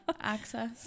Access